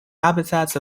habitats